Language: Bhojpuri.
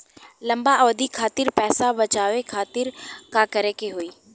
लंबा अवधि खातिर पैसा बचावे खातिर का करे के होयी?